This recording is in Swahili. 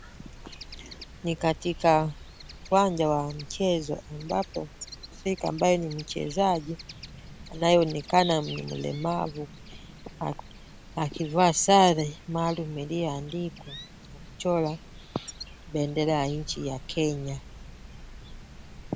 Ni katika uwanja wa michezo ambapo mwafrika ambaye ni mchezaji anayeonekana ni mlemavu, akivaa sare maalum iliyoandikwa na kuchorwa bendera ya nchi ya Kenya.